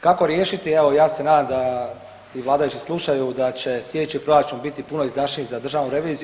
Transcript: Kako riješiti, evo ja se nadam da i vladajući slušaju, da će sljedeći proračun biti puno izdašniji za Državnu reviziju.